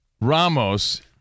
Ramos